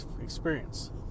experience